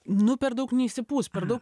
nu per daug neįsipūsk per daug